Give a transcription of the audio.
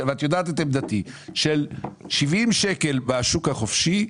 70 שקלים בשוק החופשי,